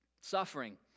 Suffering